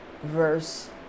Verse